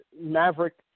Maverick